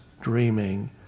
dreaming